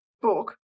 book